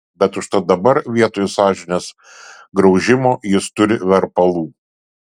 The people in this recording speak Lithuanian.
bet užtat dabar vietoj sąžinės graužimo jis turi verpalų